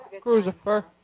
Cruiser